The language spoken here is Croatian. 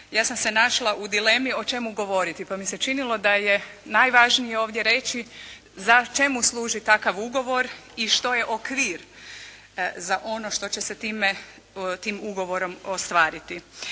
ja sam se našla u dilemi o čemu govoriti, pa mi se činilo da je najvažnije ovdje reći čemu služi takav ugovor i što je okvir za ono što će se tim ugovorom ostvariti.